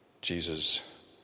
Jesus